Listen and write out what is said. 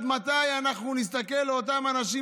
עד מתי אנחנו נסתכל על אותם האנשים